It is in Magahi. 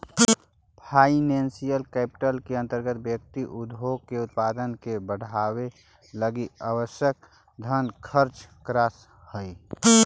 फाइनेंशियल कैपिटल के अंतर्गत व्यक्ति उद्योग के उत्पादन के बढ़ावे लगी आवश्यक धन खर्च करऽ हई